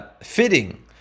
fitting